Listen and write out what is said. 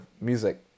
music